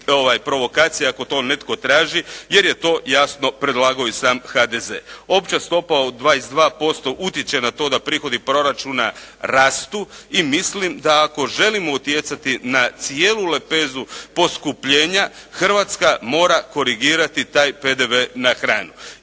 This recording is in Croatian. provokacija ako to netko traži jer je to jasno predlagao i sam HDZ? Opća stopa od 22% utječe na to da prihodi proračuna rastu i mislim da ako želimo utjecati na cijelu lepezu poskupljenja, Hrvatska mora korigirati taj PDV na hranu.